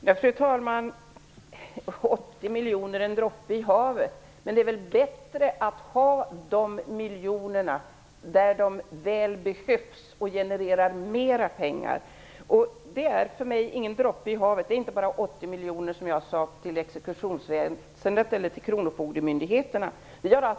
Fru talman! Eva Arvidsson säger att 80 miljoner är en droppe i havet. Det är väl bra att de miljonerna finns där de behövs och genererar mera pengar? För mig är detta ingen droppe i havet. Det handlar inte bara om 80 miljoner till exekutionsväsendet eller till kronofogdemyndigheterna, som jag sade.